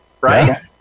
right